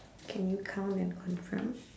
can you count and confirm